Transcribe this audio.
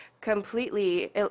completely